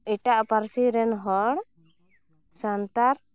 ᱮᱴᱟᱜ ᱯᱟᱹᱨᱥᱤ ᱨᱮᱱ ᱦᱚᱲ ᱥᱟᱱᱛᱟᱲ